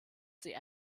sie